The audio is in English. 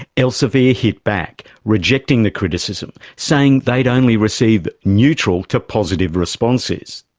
elsevier hit back, rejecting the criticism, saying they'd only received neutral to positive responses.